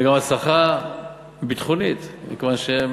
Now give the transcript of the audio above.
וגם הצלחה ביטחונית, מכיוון שהם,